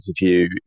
interview